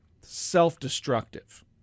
self-destructive